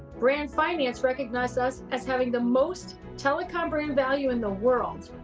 brand finance recognized us as having the most telecom brand value in the world.